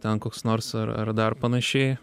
ten koks nors ar dar panašiai